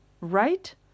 right